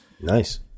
nice